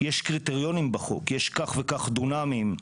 יש קריטריונים בחוק, כך וכך דונמים.